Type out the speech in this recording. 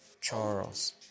Charles